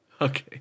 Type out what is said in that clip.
Okay